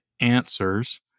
answers